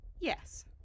Yes